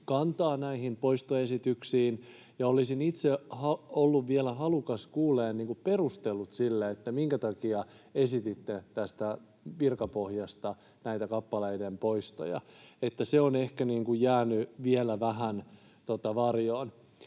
kantaa näihin poistoesityksiin. Olisin itse ollut vielä halukas kuulemaan perustelut sille, minkä takia esititte tästä virkapohjasta näitä kappaleiden poistoja. Se on ehkä jäänyt vielä vähän varjoon.